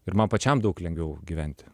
ir man pačiam daug lengviau gyventi